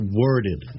worded